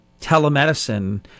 telemedicine